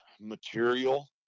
material